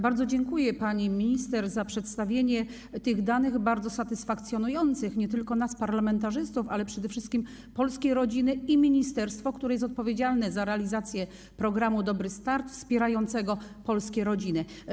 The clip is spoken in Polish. Bardzo dziękuję pani minister za przedstawienie tych danych, bardzo satysfakcjonujących nie tylko nas, parlamentarzystów, ale przede wszystkim polskie rodziny i ministerstwo, które jest odpowiedzialne za realizację programu „Dobry start” wspierającego polskie rodziny.